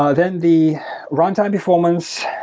ah then the runtime performance,